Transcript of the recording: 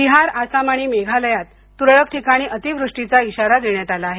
बिहार आसाम आणि मेघालयात तुरळक ठिकाणी अतिवृष्टीचा इशारा देण्यात आला आहे